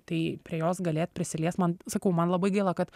tai prie jos galėt prisiliest man sakau man labai gaila kad